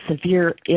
severe